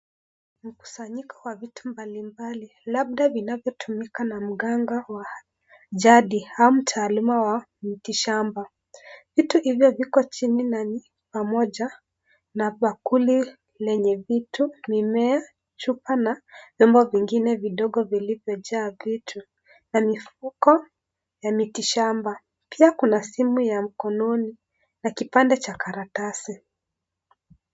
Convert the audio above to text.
Mkusanyiko wa vitu mbalimbali, labda vinavyotumika na mganga wa jadi au mtaaluma wa kishamba. Vitu hivyo viko chini nani pamoja na bakuli lenye vitu, mimea ,chupa na vyombo vingine vidogo vilivyojaa vitu na mifuko ya miti shamba. Pia kuna simu ya mkononi na kipande cha karatasi.